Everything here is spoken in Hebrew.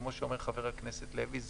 כמו שאומר חבר הכנסת לוי,